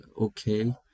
okay